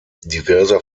diverser